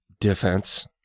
defense